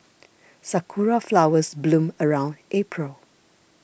sakura flowers bloom around April